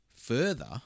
further